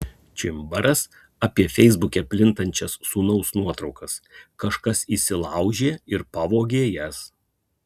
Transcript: čimbaras apie feisbuke plintančias sūnaus nuotraukas kažkas įsilaužė ir pavogė jas